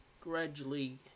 gradually